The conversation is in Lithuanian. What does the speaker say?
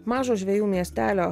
mažo žvejų miestelio